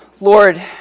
Lord